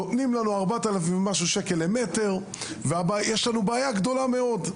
נותנים לנו 4,000 ומשהו שקל למטר ויש לנו בעיה גדולה מאוד.